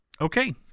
okay